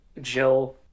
Jill